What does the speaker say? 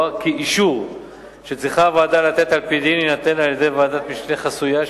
כי אישור שצריכה הוועדה לתת על-פי דין יינתן על-ידי ועדת משנה חסויה,